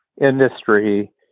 industry